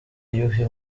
yuhi